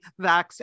vax